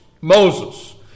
Moses